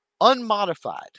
unmodified